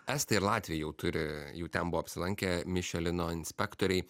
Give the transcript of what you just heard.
estija ir latvija jau turi jau ten buvo apsilankę mišelino inspektoriai